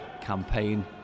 campaign